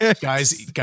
Guys